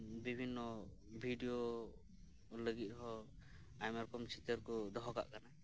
ᱵᱤᱵᱷᱤᱱᱱᱚ ᱵᱷᱤᱰᱭᱳ ᱞᱟᱹᱜᱤᱫ ᱦᱚᱸ ᱟᱭᱢᱟᱨᱚᱠᱚᱢ ᱪᱤᱛᱟᱹᱨ ᱠᱚ ᱫᱚᱦᱚ ᱠᱟᱜ ᱠᱟᱱᱟ